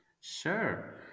Sure